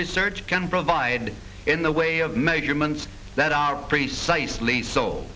research can provide in the way of measurements that are precisely so